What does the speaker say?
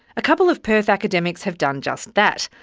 a couple of perth academics have done just that,